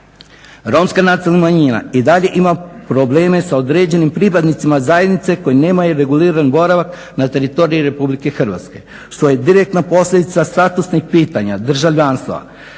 Romska nacionalna manjina i dalje ima problema s određenim pripadnicima zajednice koji nemaju reguliran boravak na teritoriju RH što je direktna posljedica statusnih pitanja državljanstva.